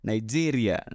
Nigeria